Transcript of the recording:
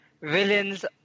villains